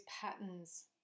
patterns